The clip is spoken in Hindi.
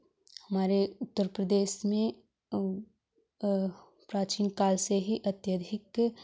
हमारे उत्तरप्रदेश में प्राचीन काल से ही अत्यधिक